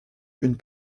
une